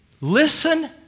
listen